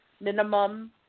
Minimum